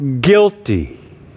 guilty